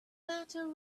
matter